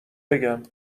بگم